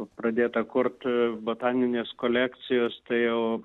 pradėta kurt botaninės kolekcijos tai jau